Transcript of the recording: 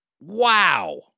Wow